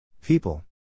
People